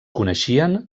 coneixien